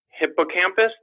hippocampus